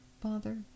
Father